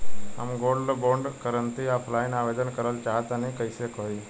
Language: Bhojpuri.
हम गोल्ड बोंड करंति ऑफलाइन आवेदन करल चाह तनि कइसे होई?